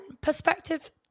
perspective